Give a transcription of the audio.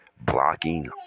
blocking